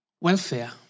Welfare